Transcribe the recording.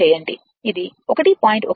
ఇది 1